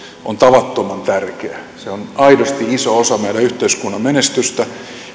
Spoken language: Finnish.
on tavattoman tärkeä se on aidosti iso osa meidän yhteiskuntamme menestystä